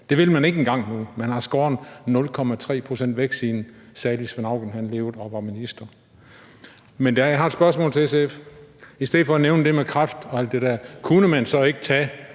Det vil man ikke engang nu. Man har skåret 0,3 pct. væk, siden salig Svend Auken levede og var minister. Men jeg har et spørgsmål til SF: I stedet for at nævne det med kræft og alt det der kunne man så ikke tage